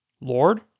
Lord